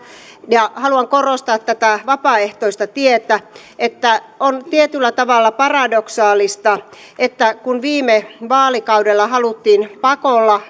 haluan korostaa tätä vapaaehtoista tietä on tietyllä tavalla paradoksaalista että kun viime vaalikaudella haluttiin pakolla